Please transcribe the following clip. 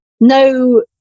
no